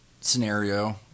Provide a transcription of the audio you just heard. scenario